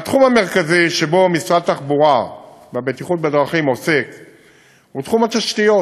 והתחום המרכזי שבו משרד התחבורה והבטיחות בדרכים עוסק הוא התשתיות,